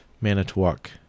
Manitowoc